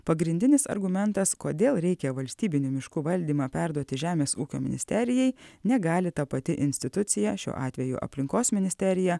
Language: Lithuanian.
pagrindinis argumentas kodėl reikia valstybinių miškų valdymą perduoti žemės ūkio ministerijai negali ta pati institucija šiuo atveju aplinkos ministerija